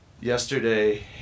yesterday